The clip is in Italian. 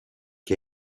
che